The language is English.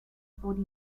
body